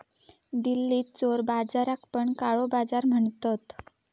दिल्लीत चोर बाजाराक पण काळो बाजार म्हणतत